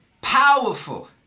Powerful